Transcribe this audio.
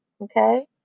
okay